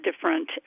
different